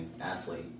athlete